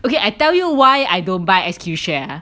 okay I tell you why I don't buy S_Q share